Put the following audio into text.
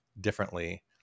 differently